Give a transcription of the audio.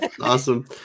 Awesome